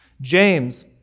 James